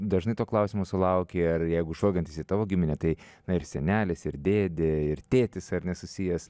dažnai to klausimo sulauki ar jeigu žvalgantis į tavo giminę tai na ir senelis ir dėdė ir tėtis ar ne susijęs